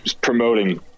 promoting